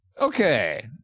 Okay